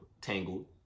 Tangled